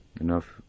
Enough